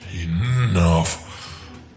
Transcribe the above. Enough